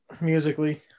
musically